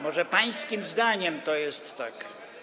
Może pańskim zdaniem to jest tak.